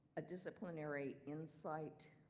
a disciplinary insight,